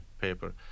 paper